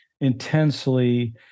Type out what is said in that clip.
intensely